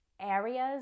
areas